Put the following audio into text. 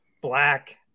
black